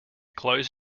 clothes